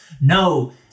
no